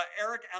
Eric